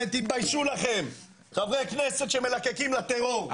כן, תתביישו לכם, חברי הכנסת שמלקקים לטרור.